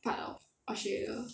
part of australia